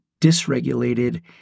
dysregulated